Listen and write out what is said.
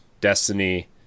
Destiny